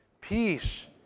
peace